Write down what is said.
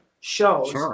shows